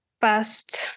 past